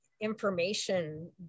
information